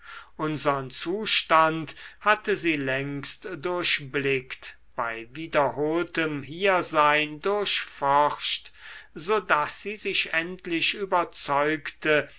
unsern zustand hatte sie längst durchblickt bei wiederholtem hiersein durchforscht so daß sie sich endlich überzeugte